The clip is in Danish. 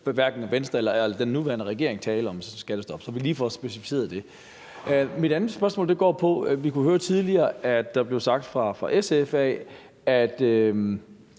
hverken Venstre eller den nuværende regering tale om i forbindelse med skattestop. Kan vi lige få specificeret det? Mit andet spørgsmål går på, at vi tidligere kunne høre, at der blev sagt fra SF's